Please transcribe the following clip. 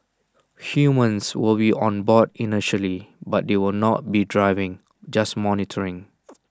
humans will be on board initially but they will not be driving just monitoring